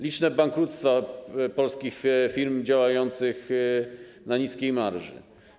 Liczne bankructwa polskich firm działających na niskiej marży.